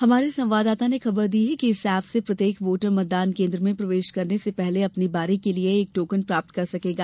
हमारे संवाददाता ने खबर दी है कि इस ऐप से प्रत्येक वोटर मतदान केन्द्र में प्रवेश करने से पहले अपनी बारी के लिए एक टोकन प्राप्त कर सकेगा